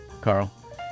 Carl